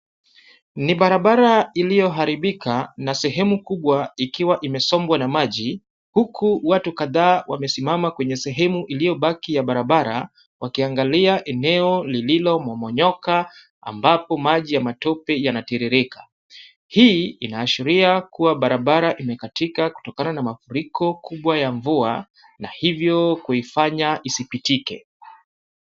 Ni barabara iliyoharibika na sehemu kubwa ikiwa imesombwa na maji huku watu kadhaa wamesimama kwenye sehemu iliyobaki ya barabara, wakiangalia eneo iliyomomonyoka ambapo maji ya matope yanatiririka. Hili inaashiria kwamba barabara imekatika kutokana na mafuriko kubwa ya mvua, na hivyo kuifanya isipitike.